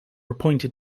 appointed